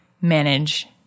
manage